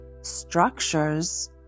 structures